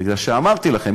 אמרתי לכם,